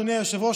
אדוני היושב-ראש,